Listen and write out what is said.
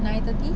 nine thirty